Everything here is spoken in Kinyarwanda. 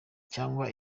cyangwa